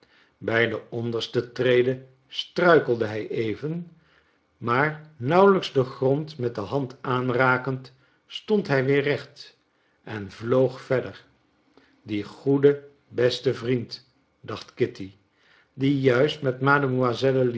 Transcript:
bij de onderste trede struikelde hij even maar nauwelijks den grond met de hand aanrakend stond hij weer recht op en vloog verder die goede beste vriend dacht kitty die juist met